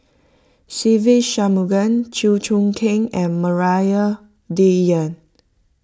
Se Ve Shanmugam Chew Choo Keng and Maria Dyer